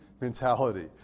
mentality